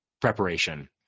preparation